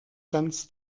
ganz